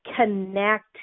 connect